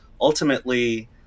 ultimately